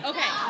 Okay